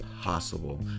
possible